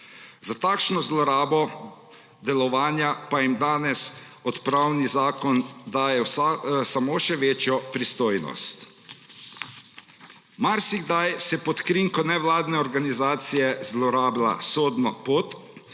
Za takšno zlorabo delovanja pa jim danes odpravni zakon daje samo še večjo pristojnost. Marsikdaj se pod krinko nevladne organizacije zlorablja sodno pot,